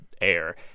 air